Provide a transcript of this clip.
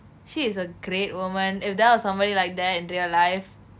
she is a great women if that was somebody like that in real life